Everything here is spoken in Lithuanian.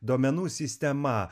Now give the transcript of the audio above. duomenų sistema